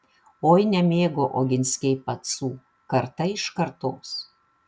oi nemėgo oginskiai pacų karta iš kartos